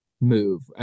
move